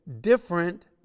different